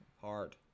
Hard